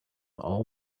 all